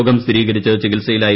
രോഗം സ്ഥിരീകരിച്ച് ചികിത്സയിലായിരുന്നു